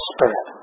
Spirit